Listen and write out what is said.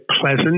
pleasant